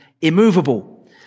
immovable